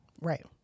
Right